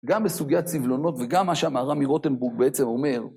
גם בסוגי הסבלונות וגם מה שהמהר"ם מרוטנבורג בעצם אומר.